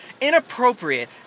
inappropriate